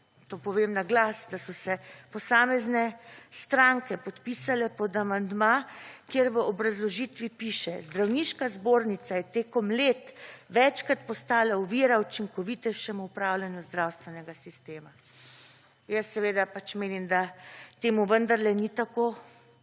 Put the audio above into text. to povem naglas, da so se posamezne stranke podpisale pod amandma, kjer v obrazložitvi piše: Zdravniška zbornica je tekom let večkrat postala ovira učinkovitejšemu upravljanju zdravstvenega sistema. Jaz seveda pač menim, da temu vendarlen ni tako.